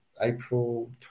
April